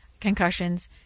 concussions